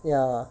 ya